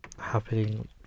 happening